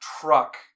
truck